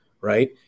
right